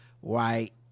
white